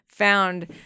found